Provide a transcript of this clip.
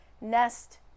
Nest